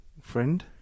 Friend